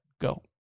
Go